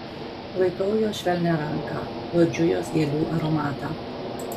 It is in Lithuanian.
laikau jos švelnią ranką uodžiu jos gėlių aromatą